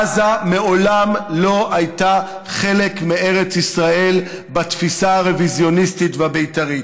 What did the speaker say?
עזה מעולם לא הייתה חלק מארץ ישראל בתפיסה הרוויזיוניסטית והבית"רית.